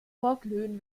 vorglühen